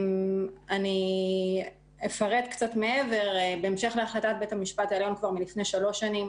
אני אפרט קצת מעבר: בהמשך להחלטת בית המשפט העליון מלפני שלוש שנים,